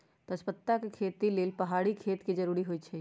तजपत्ता के खेती लेल पहाड़ी खेत के जरूरी होइ छै